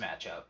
matchup